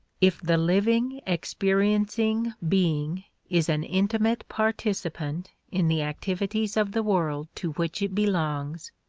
if the living, experiencing being is an intimate participant in the activities of the world to which it belongs,